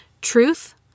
truth